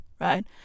right